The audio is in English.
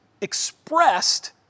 expressed